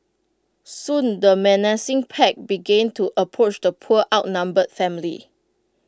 soon the menacing pack began to approach the poor outnumbered family